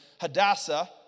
Hadassah